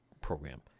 program